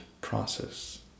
process